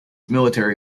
military